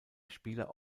spieler